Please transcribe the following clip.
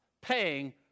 paying